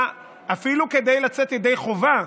אפילו כדי לצאת ידי חובה.